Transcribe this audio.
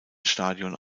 stadion